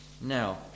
now